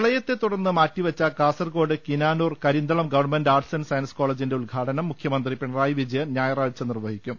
പ്രളയത്തെ തുടർന്ന് മാറ്റിവെച്ച Kasaragod Kinanoor Karinthalam government arts and science കോളജിന്റെ ഉദ്ഘാടനം മുഖ്യമന്ത്രി പിണറായി വിജയൻ ഞായറാഴ്ച നിർവഹിക്കും